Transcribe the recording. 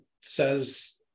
says